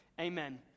Amen